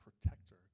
protector